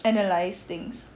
analyse things